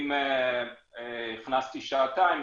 אם הכנסתי שעתיים,